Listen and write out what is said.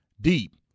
deep